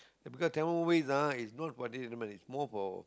because Tamil movies ah is not for the entertainment is more for